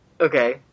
Okay